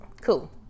cool